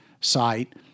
site